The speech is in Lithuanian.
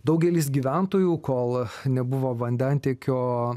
daugelis gyventojų kol nebuvo vandentiekio